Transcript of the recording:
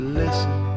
listen